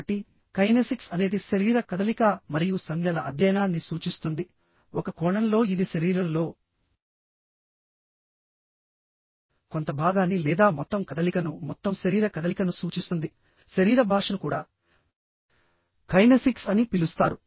కాబట్టికైనెసిక్స్ అనేది శరీర కదలిక మరియు సంజ్ఞల అధ్యయనాన్ని సూచిస్తుంది ఒక కోణంలో ఇది శరీరంలో కొంత భాగాన్ని లేదా మొత్తం కదలికను మొత్తం శరీర కదలికను సూచిస్తుంది శరీర భాషను కూడా కైనెసిక్స్ అని పిలుస్తారు